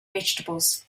vegetables